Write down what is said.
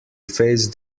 face